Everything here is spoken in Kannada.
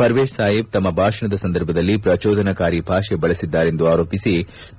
ಪರ್ವೇತ್ ಸಾಹಿಬ್ ತಮ್ನ ಭಾಷಣದ ಸಂದರ್ಭದಲ್ಲಿ ಪ್ರಜೋದನಾಕಾರಿ ಭಾಷೆ ಬಳಸಿದ್ದಾರೆಂದು ಆರೋಪಿಸಿ